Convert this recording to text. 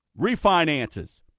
refinances